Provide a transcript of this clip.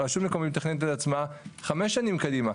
רשות מקומית מתכננת את עצמה חמש שנים קדימה,